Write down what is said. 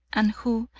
and who,